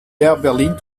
berlin